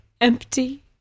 Empty